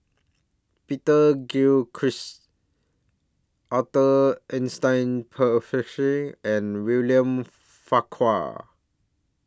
Peter Gilchrist Arthur Ernest and William Farquhar